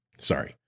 Sorry